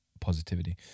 positivity